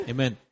Amen